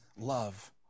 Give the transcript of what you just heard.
love